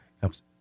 helps